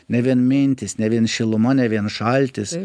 ne vien mintys ne vien šiluma ne vien šaltis